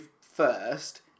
first